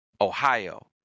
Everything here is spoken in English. Ohio